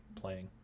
playing